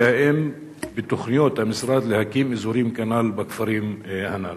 והאם בתוכניות המשרד להקים אזורים כנ"ל בכפרים הנ"ל?